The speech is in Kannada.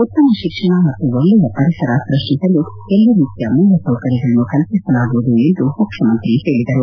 ಉತ್ತಮ ಶಿಕ್ಷಣ ಮತ್ತು ಒಳ್ಳೆಯ ಪರಿಸರ ಸೃಷ್ಷಿಸಲು ಎಲ್ಲ ರೀತಿಯ ಮೂಲಸೌಕರ್ಯಗಳನ್ನು ಕಲ್ಪಿಸಲಾಗುವುದು ಮುಖ್ಯಮಂತ್ರಿ ಹೇಳಿದರು